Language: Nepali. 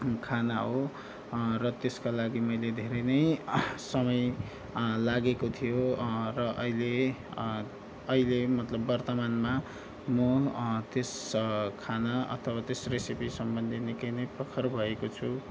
खाना हो र त्यसको लागि मैले धेरै नै समय लागेको थियो र अहिले अहिले मतलब वर्तमानमा म त्यस खाना अथवा त्यस रेसिपी सम्बन्धी निकै ने प्रखर भएको छु